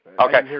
Okay